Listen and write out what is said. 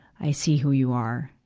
i see who you are,